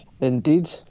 Indeed